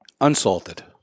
Unsalted